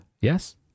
yes